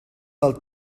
del